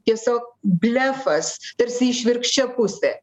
tiesiog blefas tarsi išvirkščia pusė